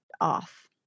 off